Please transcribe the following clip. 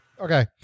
Okay